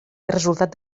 resultat